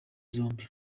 zombi